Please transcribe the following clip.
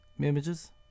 images